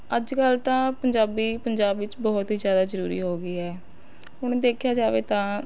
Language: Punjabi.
ਅੱਜ ਕੱਲ੍ਹ ਤਾਂ ਪੰਜਾਬੀ ਪੰਜਾਬ ਵਿੱਚ ਬਹੁਤ ਹੀ ਜ਼ਿਆਦਾ ਜ਼ਰੂਰੀ ਹੋ ਗਈ ਹੈ ਹੁਣ ਦੇਖਿਆ ਜਾਵੇ ਤਾਂ